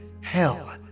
hell